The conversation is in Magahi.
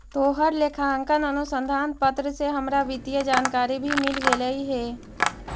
तोहर लेखांकन अनुसंधान पत्र से हमरा वित्तीय जानकारी भी मिल गेलई हे